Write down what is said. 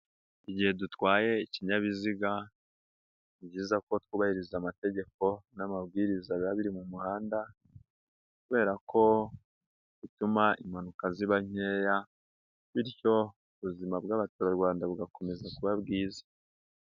Igihe dutwaye ikinyabiziga ni byiza ko twubahiriza amategeko n'amabwiriza biba biri mu muhanda, kubera ko bituma impanuka ziba nkeya bityo ubuzima bw'abaturarwanda bugakomeza kuba bwiza.